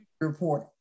report